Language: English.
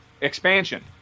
expansion